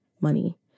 money